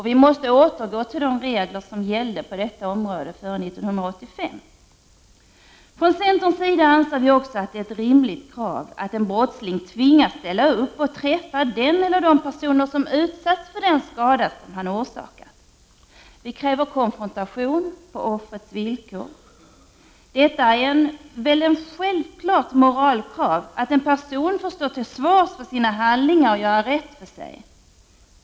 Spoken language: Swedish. Vi måste återgå till de regler som gällde på detta område före 1985. Från centerns sida anser vi också att det är ett rimligt krav att en brottsling tvingas ställa upp och träffa den eller de personer som utsatts för en skada som denne har orsakat. Vi kräver konfrontation på offrets villkor. Det är väl ett självklart moralkrav att en person får stå till svars för sina handlingar, göra rätt för sig.